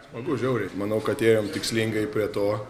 smagu žiauriai manau kad ėjom tikslingai prie to